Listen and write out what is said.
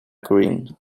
green